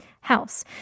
house